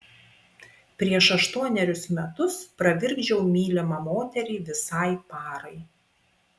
prieš aštuonerius metus pravirkdžiau mylimą moterį visai parai